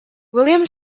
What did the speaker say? william